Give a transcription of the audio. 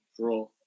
Draw